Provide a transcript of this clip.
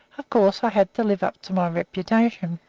of course i had to live up to my reputation.